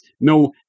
no